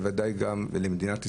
בוודאי גם למדינת ישראל.